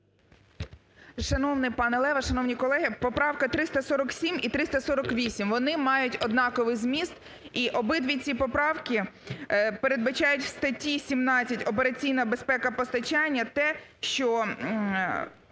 Шановний пане Леве, шановні колеги! Поправка 347 і 348, вони мають однаковий зміст. І обидві ці поправки передбачають в статті 17 "Операційна безпека постачання" те, що